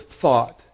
thought